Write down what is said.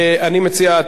אני מציע,